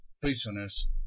prisoners